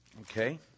Okay